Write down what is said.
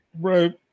right